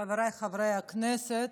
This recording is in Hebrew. חבריי חברי הכנסת,